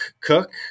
Cook